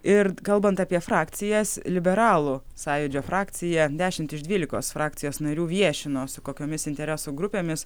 ir kalbant apie frakcijas liberalų sąjūdžio frakcija dešimt iš dvylikos frakcijos narių viešino su kokiomis interesų grupėmis